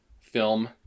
film